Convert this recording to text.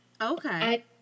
okay